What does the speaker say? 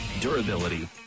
durability